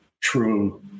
true